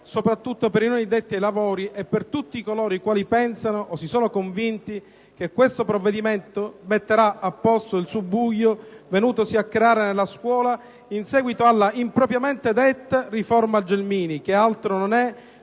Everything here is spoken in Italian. soprattutto per i non addetti ai lavori e per tutti coloro i quali pensano o sono convinti che questo provvedimento metterà a posto il subbuglio venutosi a creare nella scuola in seguito alla impropriamente detta riforma Gelmini, che altro non è